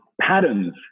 patterns